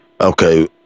Okay